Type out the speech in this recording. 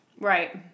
Right